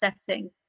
setting